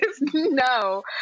no